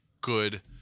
good